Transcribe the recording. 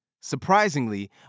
Surprisingly